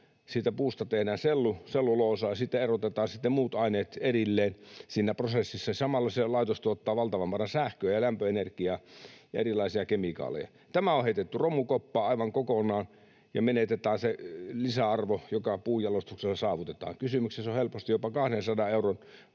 siitä puusta tehdään selluloosaa, siitä erotetaan sitten muut aineet erilleen siinä prosessissa ja samalla se laitos tuottaa valtavan määrän sähköä ja lämpöenergiaa ja erilaisia kemikaaleja. Tämä on heitetty romukoppaan aivan kokonaan, ja menetetään se lisäarvo, joka puunjalostuksella saavutetaan. Kysymyksessä on helposti jopa 200 euron vahinko